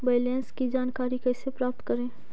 Balance की जानकारी कैसे प्राप्त करे?